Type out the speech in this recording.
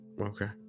okay